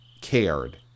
cared